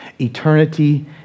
Eternity